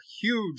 huge